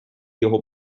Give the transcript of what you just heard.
його